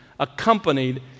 accompanied